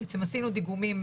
בעצם עשינו דיגומים,